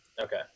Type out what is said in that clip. Okay